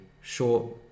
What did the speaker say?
short